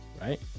right